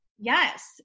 Yes